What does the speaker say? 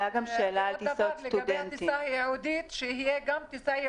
לא תאושר טיסה אל